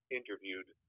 interviewed